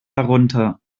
darunter